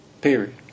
Period